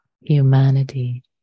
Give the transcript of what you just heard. Humanity